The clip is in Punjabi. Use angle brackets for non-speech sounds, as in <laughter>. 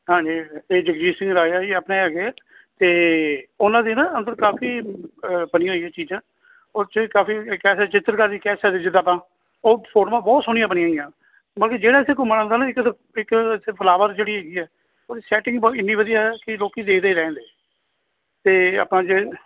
ਹਾਂਜੀ ਅਤੇ ਜਗਜੀਤ ਸਿੰਘ ਰਾਜਾ ਜੀ ਆਪਣੇ ਹੈਗੇ ਅਤੇ ਉਹਨਾਂ ਦੀ ਨਾ ਅੰਦਰ ਕਾਫ਼ੀ ਬਣੀ ਹੋਈਆਂ ਚੀਜ਼ਾਂ ਉਹ 'ਚ ਕਾਫ਼ੀ ਕਹਿ ਸਕਦੇ ਚਿੱਤਰਕਾਰੀ ਕਹਿ ਸਕਦੇ ਜਿੱਦਾਂ ਆਪਾਂ ਉਹ ਫੋਟੋਆਂ ਬਹੁਤ ਸੋਹਣੀਆਂ ਬਣੀਆਂ ਹੋਈਆਂ ਬਾਕੀ ਜਿਹੜਾ ਇੱਥੇ ਘੁੰਮਣ ਆਉਂਦਾ ਨਾ <unintelligible> ਇੱਕ ਇੱਥੇ ਫਲਾਵਰ ਜਿਹੜੀ ਹੈਗੀ ਆ ਉਹਦੀ ਸੈਟਿੰਗ ਬਹੁਤ ਇੰਨੀ ਵਧੀਆ ਆ ਕਿ ਲੋਕ ਦੇਖਦੇ ਹੀ ਰਹਿ ਜਾਂਦੇ ਅਤੇ ਆਪਾਂ ਜੇ